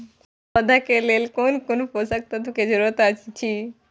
पौधा के लेल कोन कोन पोषक तत्व के जरूरत अइछ?